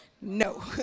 No